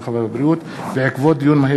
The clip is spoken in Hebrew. הרווחה והבריאות בעקבות דיון מהיר